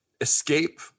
escape